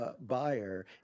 buyer